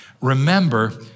Remember